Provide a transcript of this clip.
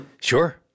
Sure